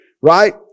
right